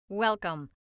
Welcome